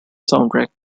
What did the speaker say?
soundtrack